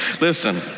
Listen